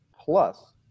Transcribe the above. plus